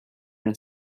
and